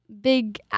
big